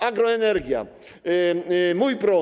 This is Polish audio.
Agroenergia”, „Mój prąd”